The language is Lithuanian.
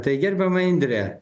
tai gerbiama indre